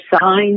sign